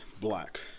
black